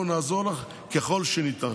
אנחנו נעזור לך ככל שניתן.